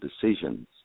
decisions